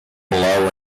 below